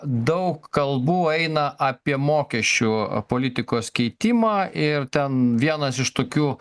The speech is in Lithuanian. daug kalbų eina apie mokesčių politikos keitimą ir ten vienas iš tokių